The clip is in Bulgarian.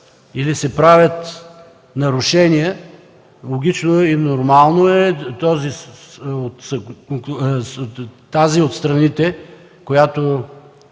или се правят нарушения, логично и нормално е тази от страните, в